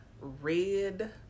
red